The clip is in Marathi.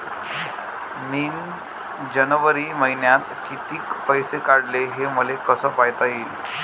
मिन जनवरी मईन्यात कितीक पैसे काढले, हे मले कस पायता येईन?